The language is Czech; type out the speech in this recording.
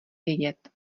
vědět